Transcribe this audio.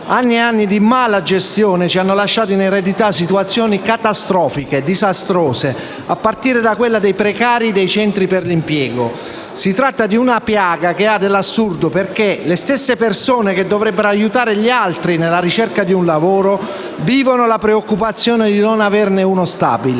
anni e anni di malagestione ci hanno lasciato in eredità situazioni catastrofiche e disastrose, a partire da quella dei precari dei centri per l'impiego. Si tratta di una piaga che ha dell'assurdo, perché le stesse persone che dovrebbero aiutare gli altri nella ricerca di un lavoro vivono la preoccupazione di non averne uno stabile.